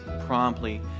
promptly